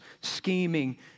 scheming